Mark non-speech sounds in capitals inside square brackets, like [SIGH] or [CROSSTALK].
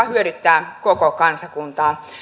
[UNINTELLIGIBLE] hyödyttää koko kansakuntaa